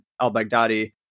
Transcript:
al-Baghdadi